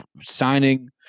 signing